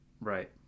right